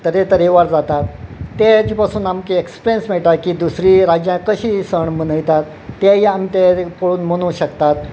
तरे तरेकवार जातात तेजे पासून आमकां एक्सपिरियन्स मेळटा की दुसरीं राज्यां कशीं सण मनयतात तेय आमी ते पळोवन मनू शकतात